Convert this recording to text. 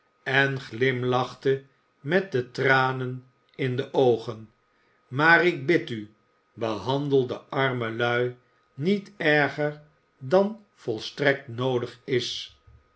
en glimlachte met de tranen in de oogen maar ik bid u behandeld de arme lui niet erger dan volstrekt noodig is